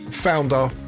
Founder